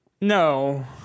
No